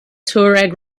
tuareg